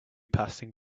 passing